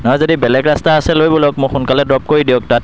নহয় যদি বেলেগ ৰাস্তা আছে লৈ ব'লক মোক সোনকালে ড্ৰপ কৰি দিয়ক তাত